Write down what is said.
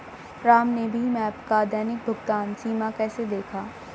राम ने भीम ऐप का दैनिक भुगतान सीमा कैसे देखा?